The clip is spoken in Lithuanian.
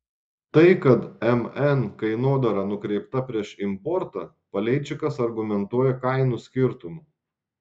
tai kad mn kainodara nukreipta prieš importą paleičikas argumentuoja kainų skirtumu